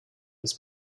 his